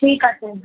ঠিক আছে